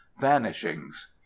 vanishings